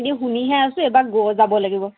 এনেই শুনিহে আছো এবাৰ যাব লাগিব